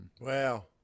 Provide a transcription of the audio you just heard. Wow